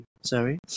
sorry